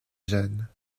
gênes